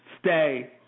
stay